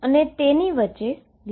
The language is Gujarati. અને તેની વચ્ચે લીનીઅર કોમ્બીનેશન હશે